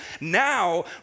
now